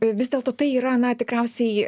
vis dėlto tai yra na tikriausiai